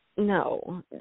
No